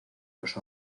los